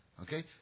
Okay